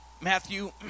Matthew